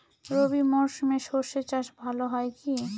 রবি মরশুমে সর্ষে চাস ভালো হয় কি?